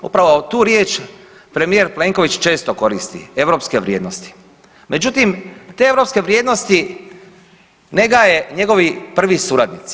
Upravo tu riječ premijer Plenković često koristi, europske vrijednosti, međutim te europske vrijednosti ne gaje njegovi prvi suradnici.